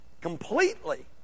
completely